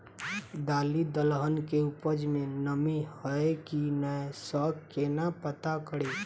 दालि दलहन केँ उपज मे नमी हय की नै सँ केना पत्ता कड़ी?